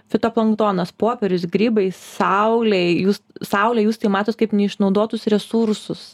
fitoplanktonas popierius grybai saulė jūs saulė jūs tai matot kaip neišnaudotus resursus